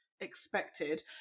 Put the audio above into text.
expected